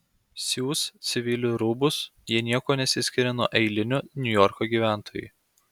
siūs civilių rūbus jie niekuo nesiskiria nuo eilinių niujorko gyventojų